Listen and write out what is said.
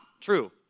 true